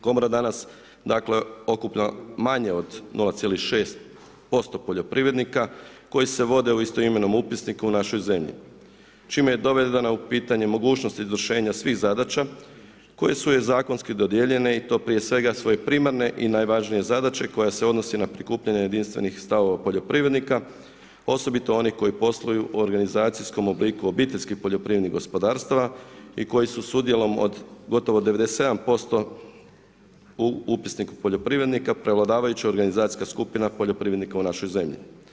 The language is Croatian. Komora danas okuplja manje od 0,6% poljoprivrednika koji se vode u istoimenom upisniku u našoj zemlji čime je dovedena u pitanje mogućnost izvršenja svih zadaća koje su joj zakonski dodijeljene i to prije svega svoje primarne i najvažnije zadaće koja se odnosi na prikupljanje jedinstvenih stavova poljoprivrednika, osobito onih koji posluju u organizacijskom obliku obiteljskih poljoprivrednih gospodarstava i koji su s udjelom od gotovo 97% u upisniku poljoprivrednika prevladavajuća organizacijska skupina poljoprivrednika u našoj zemlji.